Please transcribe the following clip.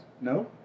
No